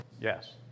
Yes